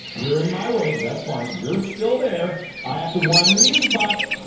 you're in my way, but that's fine. you're still there i have to wind the music box.